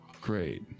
great